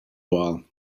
while